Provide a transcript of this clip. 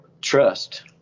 trust